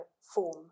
form